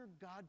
God